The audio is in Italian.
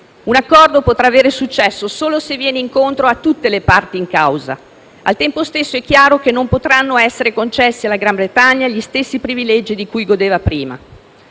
Un accordo potrà avere successo solo se va incontro a tutte le parti in causa. Al tempo stesso, è chiaro che non potranno essere concessi al Regno Unito gli stessi privilegi di cui godeva prima.